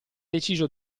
deciso